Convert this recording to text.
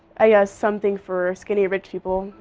i guess, something for skinny rich people.